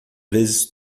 vezes